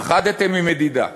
פחדתם ממדידה.